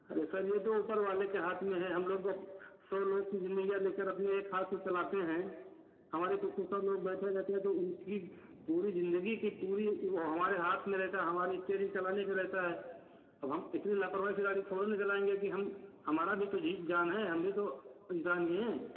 अरे सर ये सब तो उपर वाले के हाथ में है हम लोग तो सौ लोगों की जिंदगियां लेकर अपने हाथ से चलाते हैं हमारे पीछे सौ लोग बैठे रहते हैं तो उनकी पूरी जिंदगी की वो हमारे हाथ में रहता है हमारी स्टेयरिंग चलाने पर रहता है अब हम इतनी लापरवाही से गाड़ी थोड़ी न चलाएंगे कि हम हमारा भी तो जी जान है हम भी तो इन्सान ही हैं